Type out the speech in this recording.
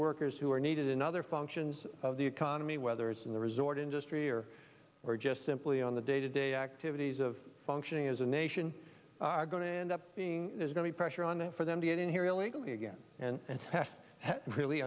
workers who are needed in other functions of the economy whether it's in the resort industry or we're just simply on the day to day activities of functioning as a nation are going to end up being is going to be pressure on it for them to get in here illegally again and and test really